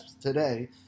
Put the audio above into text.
today